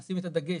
נשים את הדגש,